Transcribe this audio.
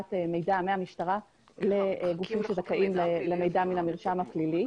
העברת המידע מהמשטרה לגופים שזכאים למידע מהמרשם הפלילי.